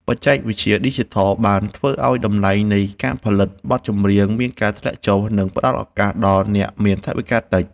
បច្ចេកវិទ្យាឌីជីថលបានធ្វើឱ្យតម្លៃនៃការផលិតបទចម្រៀងមានការធ្លាក់ចុះ និង ផ្ដល់ឱកាសដល់អ្នកមានថវិកាតិច។